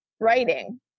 writing